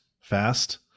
fast